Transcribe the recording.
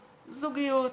זוגיות,